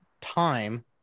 time